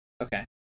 Okay